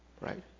right